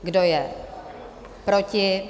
Kdo je proti?